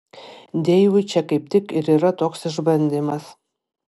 deivui čia kaip tik ir yra toks išbandymas